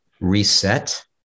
reset